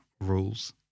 rules